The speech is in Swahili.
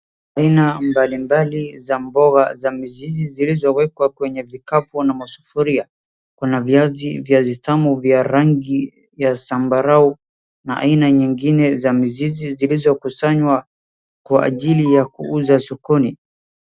Aina mbalimbali za mboga za mizizi zilizowekwa kwenye vikapu na masufuria. Kuna viazi viazi tamu vya rangi ya sambarau na aina nyingine za mizizi zilizokusanywa kwa ajili ya kuuza sokoni.